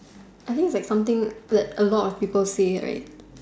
I think it's like something that a lot of people say right